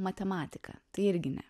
matematika tai irgi ne